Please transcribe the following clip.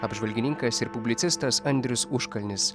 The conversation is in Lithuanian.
apžvalgininkas ir publicistas andrius užkalnis